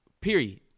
period